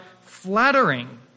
flattering